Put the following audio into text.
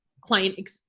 client